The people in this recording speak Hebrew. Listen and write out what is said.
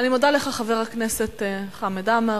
אני מודה לך, חבר הכנסת חמד עמאר.